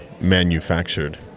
manufactured